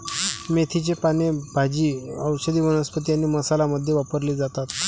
मेथीची पाने भाजी, औषधी वनस्पती आणि मसाला मध्ये वापरली जातात